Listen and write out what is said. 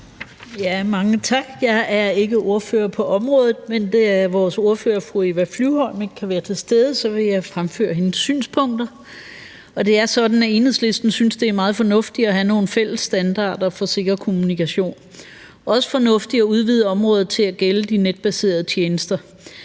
Mange tak. Jeg er ikke ordfører på området, men da vores ordfører, fru Eva Flyvholm, ikke kan være til stede, vil jeg fremføre hendes synspunkter. Det er sådan, at Enhedslisten synes, at det er meget fornuftigt at have nogle fælles standarder for sikker kommunikation. Det er også fornuftigt at udvide området til at gælde de netbaserede tjenester.